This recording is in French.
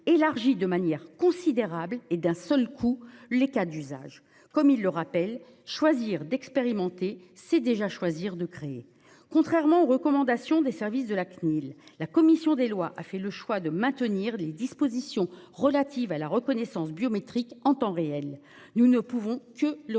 élargit de manière considérable et d'un seul coup les cas d'usage ». Comme il le rappelle, choisir d'expérimenter, c'est déjà choisir de créer. Contrairement aux recommandations des services de la Cnil, la commission des lois a fait le choix de maintenir les dispositions relatives à la reconnaissance biométrique en temps réel, ce que